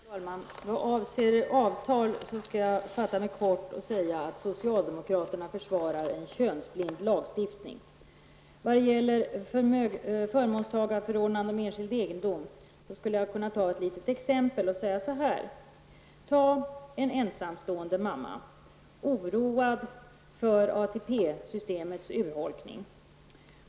Herr talman! Vad avser avtal skall jag fatta mig kort och säga att socialdemokraterna försvarar en könsblind lagstiftning. Vad sedan gäller förmånstagarförordnande för enskild egendom skulle jag kunna ta ett litet exempel och säga så här: Vi har en ensamstående mamma, oroad för ATP-systemets urholkning.